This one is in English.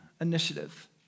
initiative